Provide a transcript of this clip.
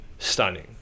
stunning